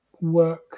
work